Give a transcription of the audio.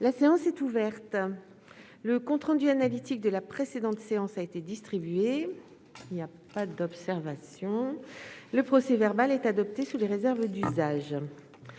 La séance est ouverte. Le compte rendu analytique de la précédente séance a été distribué. Il n'y a pas d'observation ?... Le procès-verbal est adopté sous les réserves d'usage.